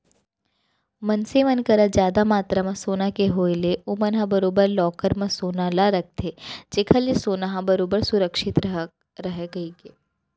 मनसे मन करा जादा मातरा म सोना के होय ले ओमन ह बरोबर लॉकर म सोना ल रखथे जेखर ले सोना ह बरोबर सुरक्छित रहय कहिके